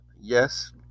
yes